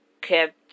kept